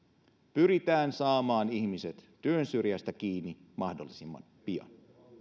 pyritään saamaan ihmiset työnsyrjään kiinni mahdollisimman pian